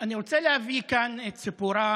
אני רוצה להביא כאן את סיפורם